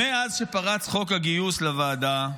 מאז שפרץ חוק הגיוס לוועדה,